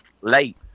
late